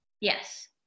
Yes